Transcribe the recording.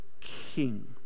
king